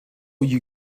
you